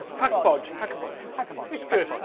hack bodge. hack bodge. hack bodge. it's good,